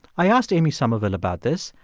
i asked amy summerville about this,